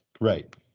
Right